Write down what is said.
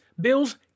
Bills